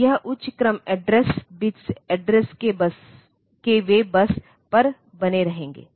तो यह उच्च क्रम एड्रेस बिट्स एड्रेस के वे बस पर बने रहेंगे